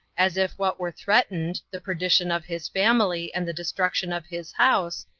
as if what were threatened, the perdition of his family, and the destruction of his house,